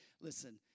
listen